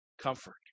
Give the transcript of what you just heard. comfort